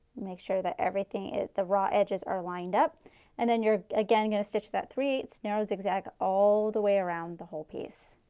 make sure that everything, the raw edges are lined up and then you are again going to stitch that three eight ths narrow zigzag all the way around the whole piece.